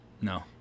No